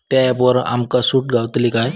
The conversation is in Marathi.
त्या ऍपवर आमका सूट गावतली काय?